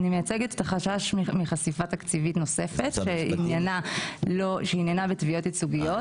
אני מייצגת את החשש מחשיפה תקציבית נוספת שעניינה בתביעות ייצוגיות